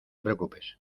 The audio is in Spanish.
preocupes